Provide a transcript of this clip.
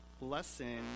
lesson